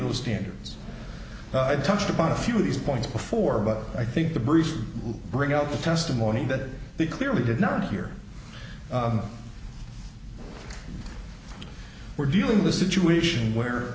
those standards i touched upon a few of these points before but i think the brief bring out the testimony that they clearly did not hear we're dealing with a situation where